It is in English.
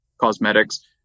cosmetics